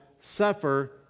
suffer